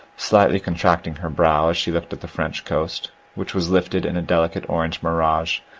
slightly contracting her brow as she looked at the french coast, which was lifted in a delicate orange mirage,